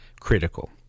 critical